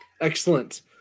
Excellent